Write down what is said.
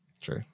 True